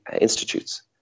institutes